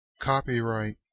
Copyright